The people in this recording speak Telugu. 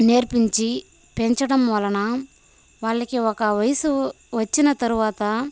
నేర్పించి పెంచడం వలన వాళ్ళకి ఒక వయసు వచ్చిన తరువాత